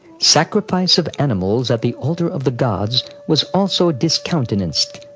sacrifice of animals at the altar of the gods was also discountenanced,